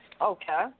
Okay